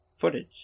footage